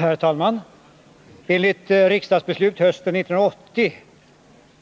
Herr talman! Enligt riksdagsbeslut hösten 1980